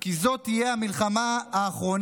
כי זו תהיה המלחמה האחרונה,